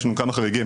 יש לנו כמה חריגים.